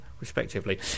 respectively